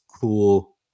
cool